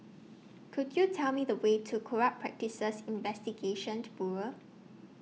Could YOU Tell Me The Way to Corrupt Practices Investigation to Bureau